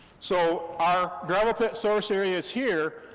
so our gravel pit source area is here,